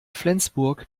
flensburg